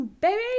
baby